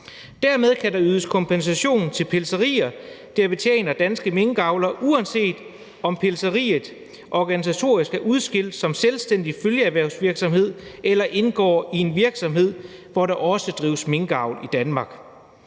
Dermed kan der ydes kompensation til pelserier, der betjener danske minkavlere, uanset om pelseriet organisatorisk er udskilt som selvstændig følgeerhvervsvirksomhed eller indgår i en virksomhed, hvor der også drives minkavl i Danmark.